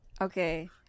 Okay